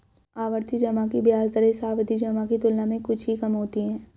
आवर्ती जमा की ब्याज दरें सावधि जमा की तुलना में कुछ ही कम होती हैं